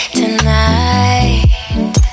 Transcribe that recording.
tonight